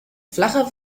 flacher